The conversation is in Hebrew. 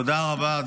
תודה רבה.